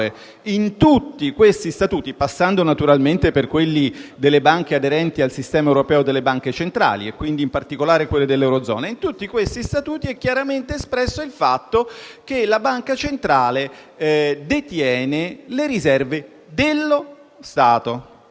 Z di Zimbabwe, passando naturalmente per quelli delle banche aderenti al Sistema europeo di banche centrali e quindi, in particolare, quelle dell'eurozona. In tutti questi statuti è chiaramente espresso il fatto che la banca centrale detiene le riserve dello Stato.